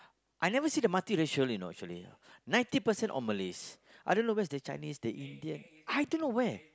I never see the multiracial you know actually ninety percent all Malays I don't know where's the Chinese the Indian I don't where